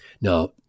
Now